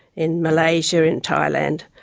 in malaysia and thailand,